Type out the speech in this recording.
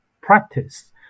practice